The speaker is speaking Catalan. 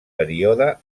període